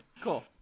Cool